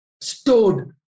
stored